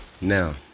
Now